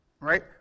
right